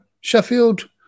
Sheffield